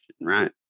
right